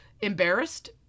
embarrassed